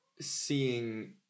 seeing